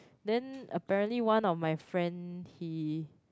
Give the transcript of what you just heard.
then apparently one of my friend he